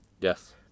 Yes